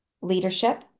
leadership